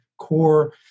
core